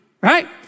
right